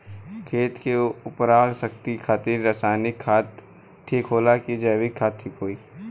खेत के उरवरा शक्ति खातिर रसायानिक खाद ठीक होला कि जैविक़ ठीक होई?